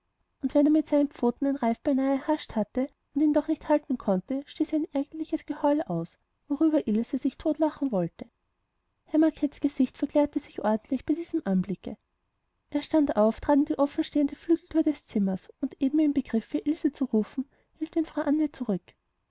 und wenn er mit seinen pfoten den reif beinahe erhascht hatte und ihn doch nicht halten konnte stieß er ein ärgerliches geheul aus worüber ilse sich totlachen wollte herrn mackets gesicht verklärte sich ordentlich bei diesem anblicke er stand auf trat in die offenstehende flügelthür des zimmers und eben im begriffe ilse zu rufen hielt ihn frau anne davon zurück